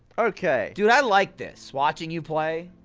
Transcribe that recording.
okay! dude, i like this, watching you play?